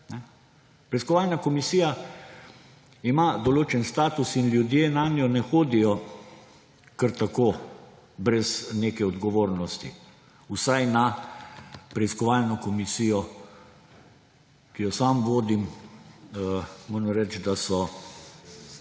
Preiskovalna komisija ima določen status in ljudje nanjo ne hodijo kar tako, brez neke odgovornosti. Vsaj na preiskovalno komisijo, ki jo sam vodim, moram reči, da so